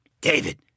David